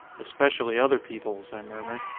especially other people's, i murmured.